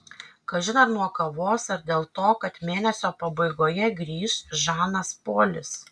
kažin ar nuo kavos ar dėl to kad mėnesio pabaigoje grįš žanas polis